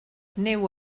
neu